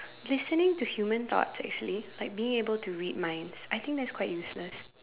listening to human thoughts actually like being able to read minds I think that's quite useless